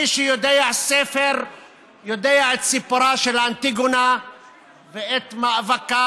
מי שיודע ספר יודע את סיפורה של אנטיגונה ואת מאבקה